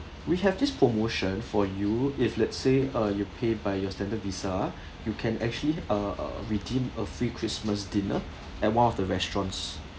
we have this promotion for you if let's say uh you pay by your Standard visa you can actually uh uh redeem a free christmas dinner at one of the restaurants